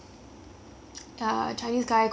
ah basically he